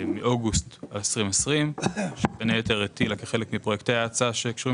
מאוגוסט 2020 שבין היתר הטילה כחלק מפרויקטי ההצעה שקשורים